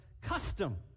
custom